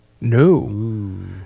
No